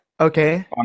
Okay